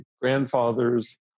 grandfathers